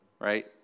right